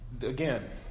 again